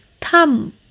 thumb